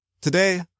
Today